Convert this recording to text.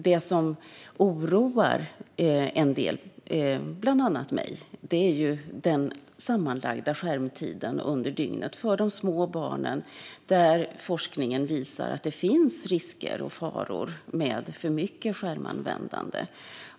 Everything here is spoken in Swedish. Det som oroar en del, bland andra mig, är den sammanlagda skärmtiden under dygnet för de små barnen, då forskningen visar att det finns risker och faror med för mycket skärmanvändande.